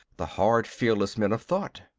the hard, fearless men of thought.